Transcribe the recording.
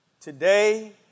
today